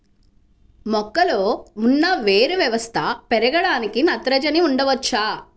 మొక్కలో ఉన్న వేరు వ్యవస్థ పెరగడానికి నత్రజని వాడవచ్చా?